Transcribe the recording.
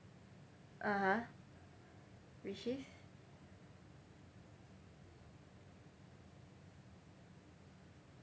(uh huh) which is